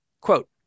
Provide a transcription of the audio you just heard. quote